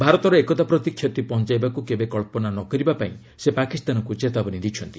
ଭାରତର ଏକତା ପ୍ରତି କ୍ଷତି ପହଞ୍ଚାଇବାକୁ କେବେ କଳ୍ପନା ନକରିବା ପାଇଁ ସେ ପାକିସ୍ତାନକୁ ଚେତାବନୀ ଦେଇଛନ୍ତି